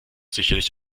sicherlich